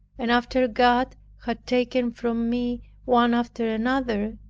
and after god had taken from me one after another,